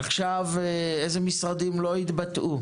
עכשיו, איזה משרדים לא התבטאו?